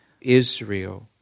Israel